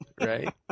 right